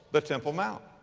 the temple mount.